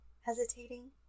hesitating